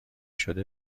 شده